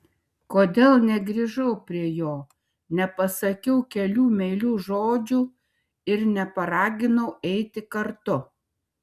kodėl negrįžau prie jo nepasakiau kelių meilių žodžių ir neparaginau eiti kartu